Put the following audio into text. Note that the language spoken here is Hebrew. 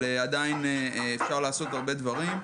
עדיין אפשר לעשות הרבה דברים.